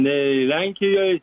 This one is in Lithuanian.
nei lenkijoj